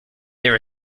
there